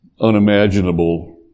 unimaginable